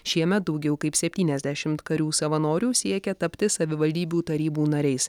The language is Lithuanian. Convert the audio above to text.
šiemet daugiau kaip septyniasdešim karių savanorių siekia tapti savivaldybių tarybų nariais